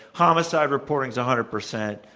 homicide reporting is a hundred percent.